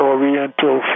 Oriental